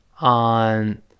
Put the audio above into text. on